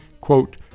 quote